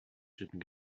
shipping